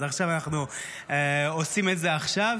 אז אנחנו עושים את זה עכשיו.